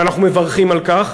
ואנחנו מברכים על כך,